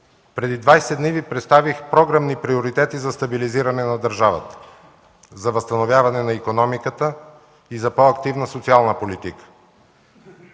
двадесет дни Ви представих програмни приоритети за стабилизиране на държавата, за възстановяване на икономиката и за по-активна социална политика.